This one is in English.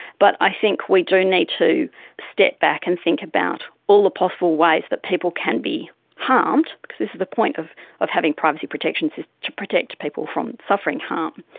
but i think we do and need to step back and think about all the possible ways that people can be harmed, because this is the point of of having privacy protection, it's to protect people from suffering harm.